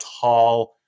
tall